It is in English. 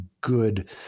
good